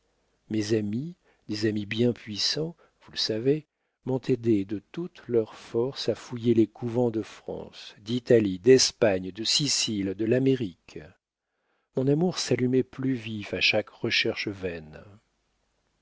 mes amis des amis bien puissants vous le savez m'ont aidé de toute leur force à fouiller les couvents de france d'italie d'espagne de sicile de l'amérique mon amour s'allumait plus vif à chaque recherche vaine